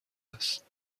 است